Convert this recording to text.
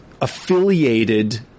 affiliated